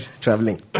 traveling